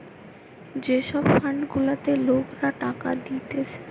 যে সব ফান্ড গুলাতে লোকরা টাকা দিতেছে